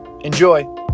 Enjoy